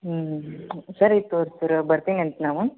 ಹ್ಞೂ ಸರಿ ತೋರಿಸ್ತೀರ ಬರ್ತೀನಂತ ನಾವು